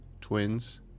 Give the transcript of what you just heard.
twins